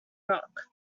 rock